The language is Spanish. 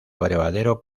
abrevadero